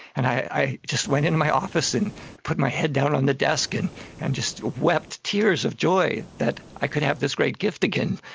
and i just went into my office and put my head down on the desk and i and just wept tears of joy that i could have this great gift again.